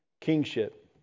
kingship